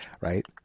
right